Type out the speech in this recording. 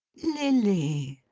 lilly!